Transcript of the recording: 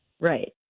Right